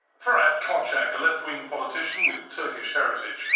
ferat kocak, a left-wing politician with turkish heritage,